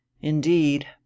Indeed